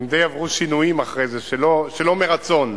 הן די עברו שינויים אחרי זה, שלא מרצון.